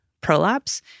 prolapse